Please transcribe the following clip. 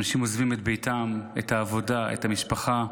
אנשים עוזבים את ביתם, את העבודה, את המשפחה.